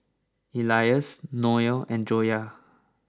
Elyas Noh and Joyah